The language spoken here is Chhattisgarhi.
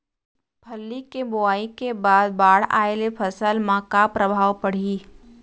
फल्ली के बोआई के बाद बाढ़ आये ले फसल मा का प्रभाव पड़ही?